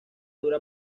dura